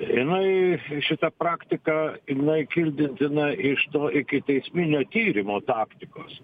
jinai šita praktika jinai kildintina iš to ikiteisminio tyrimo taktikos